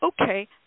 okay